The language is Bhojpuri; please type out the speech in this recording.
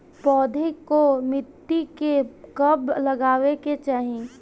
पौधे को मिट्टी में कब लगावे के चाही?